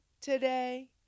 today